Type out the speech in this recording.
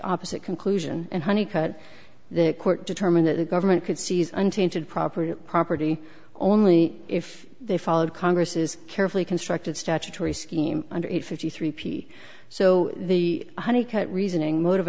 opposite conclusion and honey cut the court determined that the government could seize untainted property or property only if they followed congress's carefully constructed statutory scheme under it fifty three p so the honeycutt reasoning motive